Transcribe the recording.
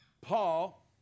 Paul